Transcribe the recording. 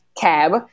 cab